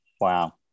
wow